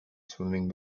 swimming